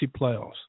playoffs